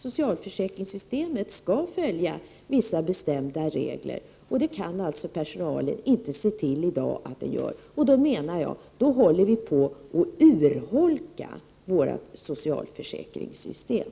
Socialförsäkringssystemet skall följa vissa bestämda regler, men det kan personalen i dag alltså inte garantera att det gör. Jag menar att vi under sådana förhållanden håller på att urholka vårt socialförsäkringssystem.